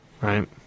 Right